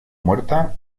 muerta